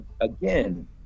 again